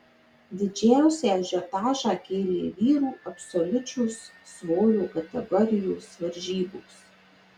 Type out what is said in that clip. didžiausią ažiotažą kėlė vyrų absoliučios svorio kategorijos varžybos